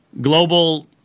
global